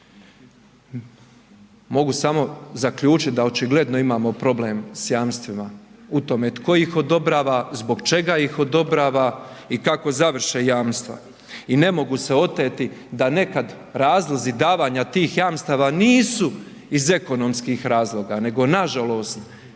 Mogu samo zaključiti da očigledno imamo problem s jamstvima. U tome tko ih odobrava, zbog čega ih odobrava i kako završe jamstva i ne mogu se oteti da nekad razlozi davanja tih jamstava nisu iz ekonomskih razloga nego, nažalost,